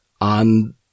on